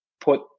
put